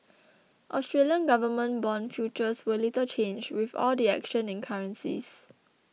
Australian government bond futures were little changed with all the action in currencies